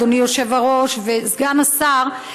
אדוני היושב-ראש וסגן השר,